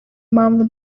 mpamvu